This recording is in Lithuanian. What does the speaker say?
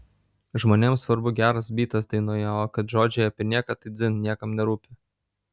žmonėm svarbu geras bytas dainoje o kad žodžiai apie nieką tai dzin niekam nerūpi